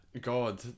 God